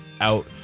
out